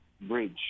bridge